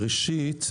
ראשית,